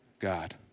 God